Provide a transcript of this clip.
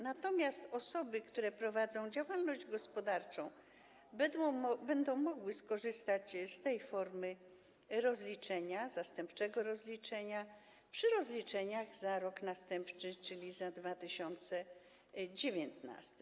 Natomiast osoby, które prowadzą działalność gospodarczą, będą mogły skorzystać z tej formy rozliczenia, zastępczego rozliczenia, przy rozliczeniach za rok następny, czyli rok 2019.